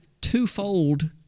twofold